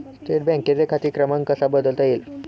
State बँकेचा खाते क्रमांक कसा बदलता येईल?